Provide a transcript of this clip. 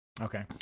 Okay